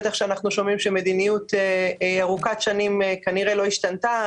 בטח שאנחנו שומעים שמדיניות ארוכת שנים כנראה לא השתנתה.